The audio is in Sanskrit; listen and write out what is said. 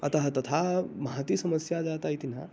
अतः तथा महती समस्या जाता इति न